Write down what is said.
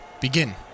begin